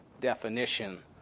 definition